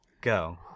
Go